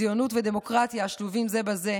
ציונות ודמוקרטיה השלובים זה בזה,